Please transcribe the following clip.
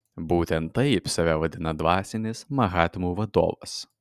būtent taip save vadina dvasinis mahatmų vadovas